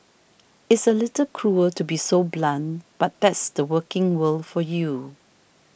it's a little cruel to be so blunt but that's the working world for you